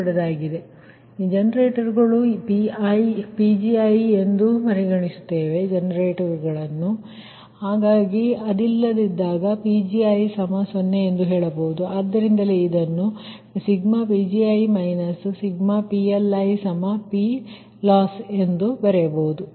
ಆದ್ದರಿಂದ ಜನರೇಟರ್ಗಳು Pgi ಎಂದು ಪರಿಗಣಿಸುತ್ತೇವೆ ಹಾಗೆ ಅದಿಲ್ಲದಿದ್ದಾಗ Pgi0ಎಂದು ಹೇಳಬಹುದು ಆದ್ದರಿಂದಲೇ ಇದನ್ನು i1mPgi i1nPLiPloss ಎಂದು ಬರೆಯಬಹುದು